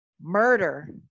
murder